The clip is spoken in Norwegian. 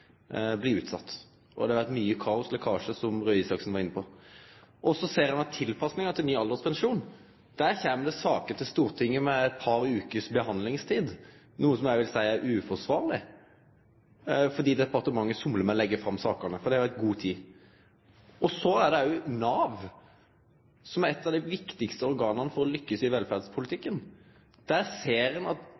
blir utsett. Det har vore mykje kaos og mange lekkasjar, som Røe Isaksen var inne på. Så ser vi at når det gjeld tilpassinga til ny alderspensjon, kjem det saker til Stortinget med eit par vekers behandlingstid, noko som eg vil seie er uforsvarleg. Departementet somlar med å leggje fram saker i god tid. Så er det Nav, som er eit av dei viktigaste organa for å lukkast i velferdspolitikken. Der ser ein at